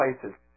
places